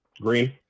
green